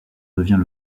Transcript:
devient